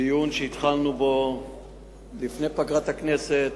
דיון שהתחלנו בו לפני פגרת הכנסת,